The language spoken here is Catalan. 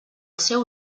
seu